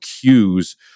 cues